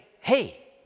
Hey